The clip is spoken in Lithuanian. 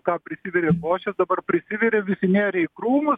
ką prisivirė košės dabar prisivirė visi nėrė į krūmus